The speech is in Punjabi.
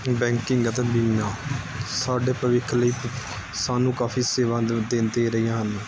ਬੈਂਕਿੰਗ ਅਤੇ ਬੀਮਾ ਸਾਡੇ ਭਵਿੱਖ ਲਈ ਸਾਨੂੰ ਕਾਫ਼ੀ ਸੇਵਾ ਦਿੰਦੇ ਰਹੇ ਹਾਂ